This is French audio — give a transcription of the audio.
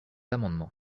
amendement